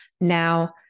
Now